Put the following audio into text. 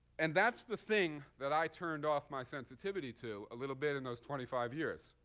and that's the thing that i turned off my sensitivity to a little bit in those twenty five years,